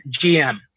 GM